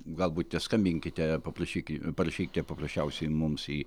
galbūt neskambinkite paprašyki parašykite paprasčiausiai mums į